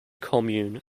commune